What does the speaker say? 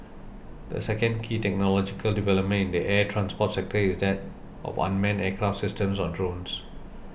the second key technological development in the air transport sector is that of unmanned aircraft systems or drones